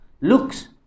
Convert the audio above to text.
looks